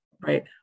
right